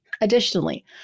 Additionally